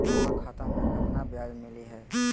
जमा खाता में केतना ब्याज मिलई हई?